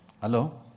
Hello